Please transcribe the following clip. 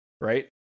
right